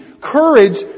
courage